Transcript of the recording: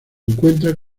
encuentran